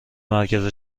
مرکز